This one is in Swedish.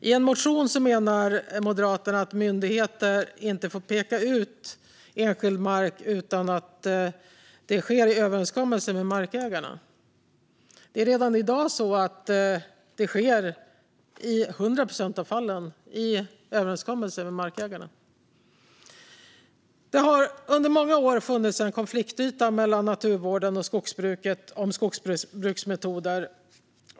I en motion menar Moderaterna att myndigheter inte får peka ut enskild mark utan att det sker i överenskommelse med markägarna. Det är redan i dag så att det i 100 procent av fallen sker i överenskommelser med markägarna. Det har under många år funnits en konfliktyta mellan naturvården och skogsbruket om skogsbruksmetoder.